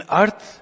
earth